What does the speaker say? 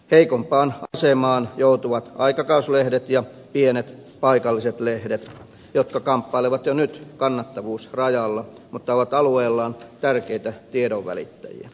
heikompaan asemaan joutuvat aikakauslehdet ja pienet paikalliset lehdet jotka kamppailevat jo nyt kannattavuusrajalla mutta ovat alueellaan tärkeitä tiedonvälittäjiä